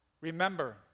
Remember